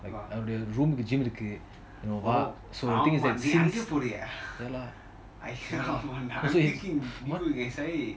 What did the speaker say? அவளோட:avaoda room lah gym இருக்கு:iruku so the thing is that since ya lah what